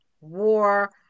war